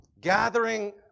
Gathering